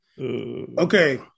Okay